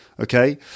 okay